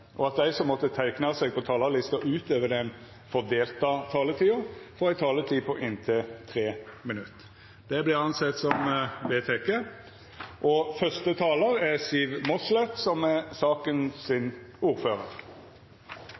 og at dei som måtte teikna seg på talarlista utover den fordelte taletida, får ei taletid på inntil 3 minutt. – Det er vedteke. Jeg er